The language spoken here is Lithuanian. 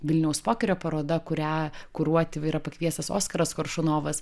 vilniaus pokerio paroda kurią kuruoti yra pakviestas oskaras koršunovas